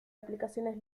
aplicaciones